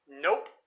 nope